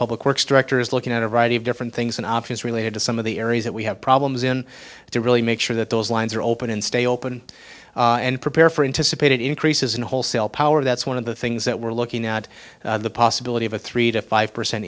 public works director is looking at a variety of different things and options related to some of the areas that we have problems in to really make sure that those lines are open and stay open and prepare for him to support it increases in wholesale power that's one of the things that we're looking at the possibility of a three to five percent